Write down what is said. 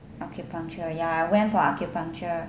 acupuncture ya I went for acupuncture